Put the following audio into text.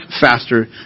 faster